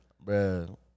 bro